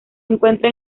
encuentra